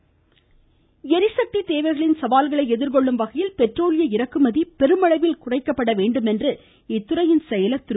எரிசக்தி ளரிசக்தி தேவைகளின் சவால்களை எதிர்கொள்ளும் வகையில் பெட்ரோலிய இறக்குமதி பெருமளவில் குறைக்கப்பட வேண்டும் என்று இத்துறையின் செயலர் திரு